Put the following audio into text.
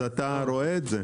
אז אתה רואה את זה.